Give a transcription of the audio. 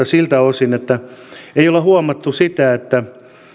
siltä osin että ei olla huomattu sitä että